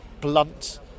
blunt